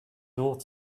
north